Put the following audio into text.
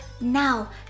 now